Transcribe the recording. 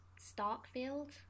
starkfield